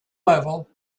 level